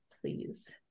please